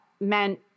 meant